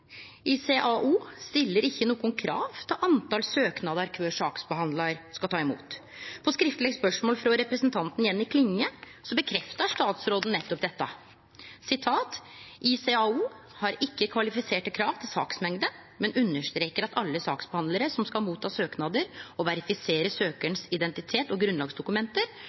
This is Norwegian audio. ICAO stiller ikkje noko krav til kor mange søknader kvar saksbehandlar skal ta imot. På skriftleg spørsmål frå representanten Jenny Klinge stadfestar statsråden nettopp dette: «ICAO har ikke kvantifiserte krav til saksmengde, men understreker at alle saksbehandlere som skal motta søknader og verifisere søkerens identitet og grunnlagsdokumenter